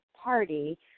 Party